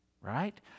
Right